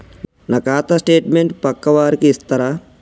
నా ఖాతా స్టేట్మెంట్ పక్కా వారికి ఇస్తరా?